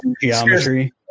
Geometry